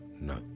no